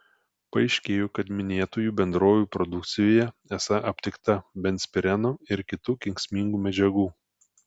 paaiškėjo kad minėtųjų bendrovių produkcijoje esą aptikta benzpireno ir kitų kenksmingų medžiagų